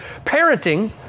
Parenting